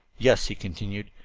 yes, he continued,